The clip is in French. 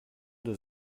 deux